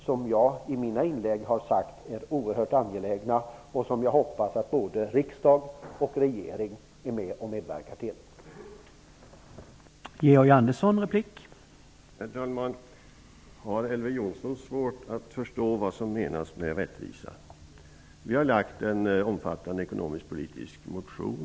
Jag har i mina inlägg sagt att detta är oerhört angeläget, och jag hoppas att både regering och riksdag vill medverka till det.